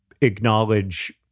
acknowledge